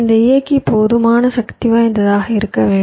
இந்த இயக்கி போதுமான சக்திவாய்ந்ததாக இருக்க வேண்டும்